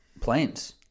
planes